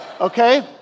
okay